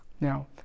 Now